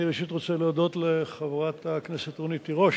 אני ראשית רוצה להודות לחברת הכנסת רונית תירוש,